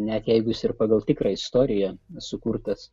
net jeigu jis ir pagal tikrą istoriją sukurtas